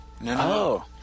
No